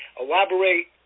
elaborate